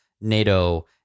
NATO